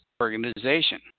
organization